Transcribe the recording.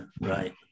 right